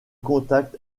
contact